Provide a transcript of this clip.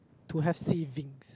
to have savings